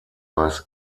weiss